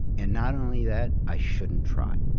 and not only that, i shouldn't try.